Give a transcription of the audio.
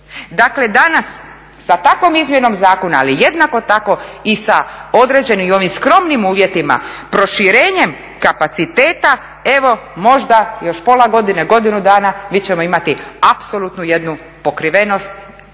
Dakle danas sa takvom izmjenom zakona, ali jednako tako i sa određeno i ovim skromnim uvjetima, proširenjem kapaciteta evo možda još pola godine, godinu dana mi ćemo imati apsolutno jednu pokrivenost